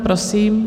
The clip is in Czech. Prosím.